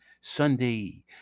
Sunday